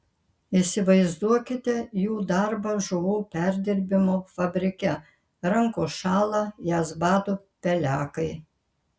įsivaizduokite jų darbą žuvų perdirbimo fabrike rankos šąla jas bado pelekai